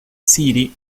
city